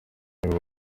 bamwe